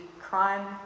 crime